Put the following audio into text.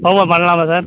open பண்ணலாமா sir